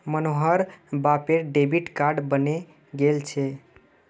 मोहनेर बापेर debit card बने गेल छे